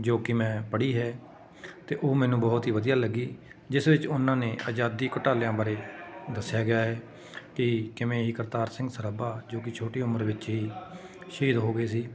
ਜੋ ਕਿ ਮੈਂ ਪੜ੍ਹੀ ਹੈ ਅਤੇ ਉਹ ਮੈਨੂੰ ਬਹੁਤ ਹੀ ਵਧੀਆ ਲੱਗੀ ਜਿਸ ਵਿੱਚ ਉਹਨਾਂ ਨੇ ਆਜ਼ਾਦੀ ਘੁਟਾਲਿਆਂ ਬਾਰੇ ਦੱਸਿਆ ਗਿਆ ਹੈ ਕਿ ਕਿਵੇਂ ਕਰਤਾਰ ਸਿੰਘ ਸਰਾਭਾ ਜੋ ਕਿ ਛੋਟੀ ਉਮਰ ਵਿੱਚ ਹੀ ਸ਼ਹੀਦ ਹੋ ਗਏ ਸੀ